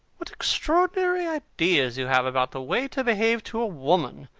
what extraordinary ideas you have about the way to behave to a woman!